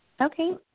Okay